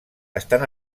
estan